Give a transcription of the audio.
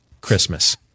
Christmas